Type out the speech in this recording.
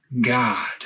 god